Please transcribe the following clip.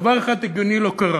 דבר אחד הגיוני לא קרה: